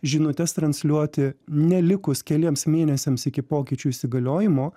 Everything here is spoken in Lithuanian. žinutes transliuoti ne likus keliems mėnesiams iki pokyčių įsigaliojimo